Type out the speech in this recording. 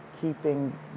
Keeping